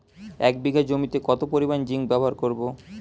এক বিঘা জমিতে কত পরিমান জিংক ব্যবহার করব?